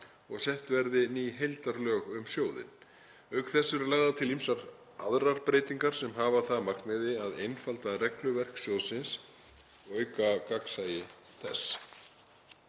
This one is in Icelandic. að sett verði ný heildarlög um sjóðinn. Auk þess eru lagðar til ýmsar aðrar breytingar sem hafa það að markmiði að einfalda regluverk sjóðsins og auka gagnsæi þess.